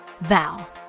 Val